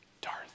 Darth